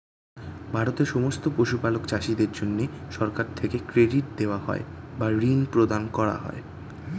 ভারতের সমস্ত পশুপালক চাষীদের জন্যে সরকার থেকে ক্রেডিট দেওয়া হয় বা ঋণ প্রদান করা হয়